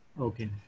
Okay